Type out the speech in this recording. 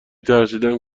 ترسیدم